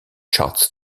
charts